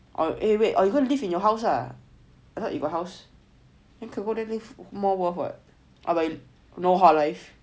eh wait you go and live in your house lah I thought you got house and can go there live more worth but no hall life